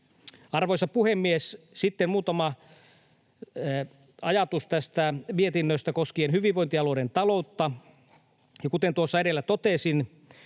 Arvoisa puhemies! Sitten muutama ajatus tästä mietinnöstä koskien hyvinvointialueiden taloutta, ja kuten tuossa edellä totesin,